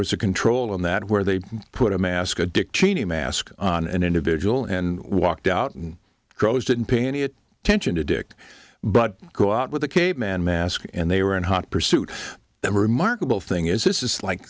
was a control on that where they put a mask a dick cheney mask on an individual and walked out and crows didn't pay any attention to dick but go out with a caveman mask and they were in hot pursuit the remarkable thing is this is like